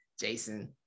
Jason